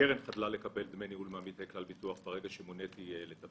הקרן חדלה לקבל דמי ניהול מעמיתי כלל ביטוח ברגע שמוניתי לתפקידי.